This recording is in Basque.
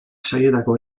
sailetako